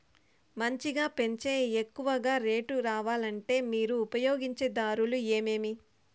మంచిగా పెంచే ఎక్కువగా రేటు రావాలంటే మీరు ఉపయోగించే దారులు ఎమిమీ?